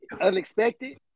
unexpected